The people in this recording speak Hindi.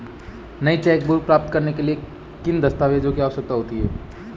नई चेकबुक प्राप्त करने के लिए किन दस्तावेज़ों की आवश्यकता होती है?